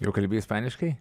jau kalbi ispaniškai